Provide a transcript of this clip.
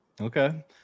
Okay